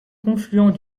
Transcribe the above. confluent